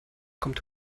kommt